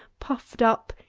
puffed-up,